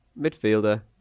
midfielder